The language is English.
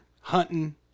hunting